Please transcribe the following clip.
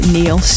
Neil